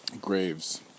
Graves